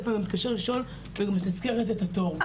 סליחה,